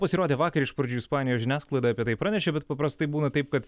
pasirodė vakar iš pradžių ispanijos žiniasklaida apie tai pranešė bet paprastai būna taip kad